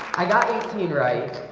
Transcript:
i got eighteen, right?